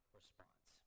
response